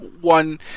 one